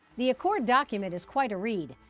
the accord document is quite a read.